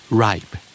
ripe